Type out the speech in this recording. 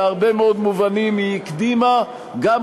בהרבה מאוד מובנים היא הקדימה בעניין הזה